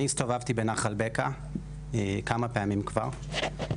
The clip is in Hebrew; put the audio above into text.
אני הסתובבתי בנחל בקע כמה פעמים כבר,